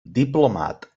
diplomat